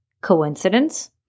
Coincidence